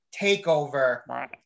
takeover